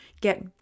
Get